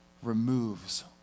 removes